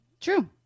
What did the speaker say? True